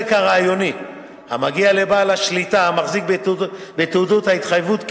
הרעיוני המגיע לבעל השליטה המחזיק בתעודות התחייבות,